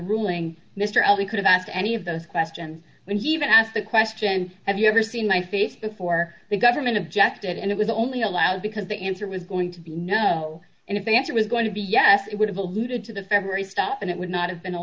ruling mr allawi could have asked any of those questions when he even asked the question have you ever seen my face before the government of jack did and it was only allowed because the answer was going to be no and if the answer was going to be yes it would have alluded to the february stop and it would not have been a